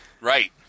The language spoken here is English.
Right